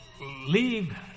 leave